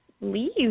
leave